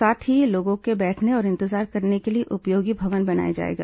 साथ ही लोगों के बैठने और इंतजार करने के लिए उपयोगी भवन बनाया जाएगा